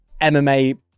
MMA